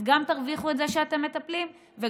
אז גם תרוויחו את זה שאתם מטפלים וגם